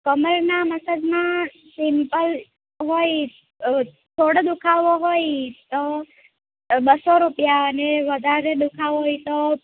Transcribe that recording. કમરના મસાજમાં સિમ્પલ હોય થોડો દુખાવો હોય તો બસ્સો રૂપિયા અને વધારે દુખાવો હોય તો